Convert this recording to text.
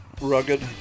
rugged